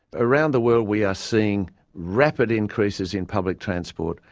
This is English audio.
around the world we are seeing rapid increases in public transport,